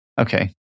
Okay